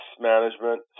management